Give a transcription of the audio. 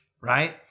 right